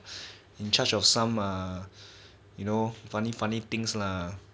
in charge of some ah you know funny funny things lah